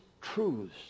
truths